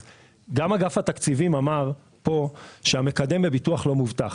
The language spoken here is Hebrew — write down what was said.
אז גם אגף התקציבים אמר פה שהמקדם בביטוח לא מובטח.